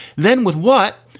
then with what.